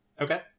Okay